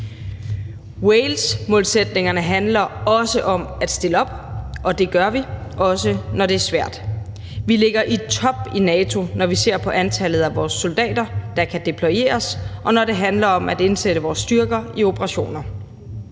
Walesmålsætningerne handler også om at stille op, og det gør vi, også når det er svært. Vi ligger i top i NATO, når vi ser på antallet af soldater, der kan deployeres, og når det handler om at indsætte vores styrker i operationer.